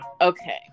okay